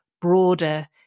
broader